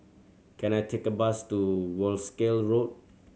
can I take a bus to Wolskel Road